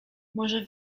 może